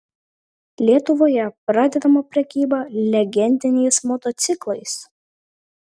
lietuvoje pradedama prekyba legendiniais motociklais